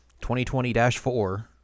2020-4